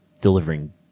delivering